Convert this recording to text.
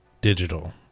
digital